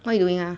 what you doing ah